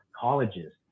colleges